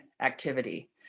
activity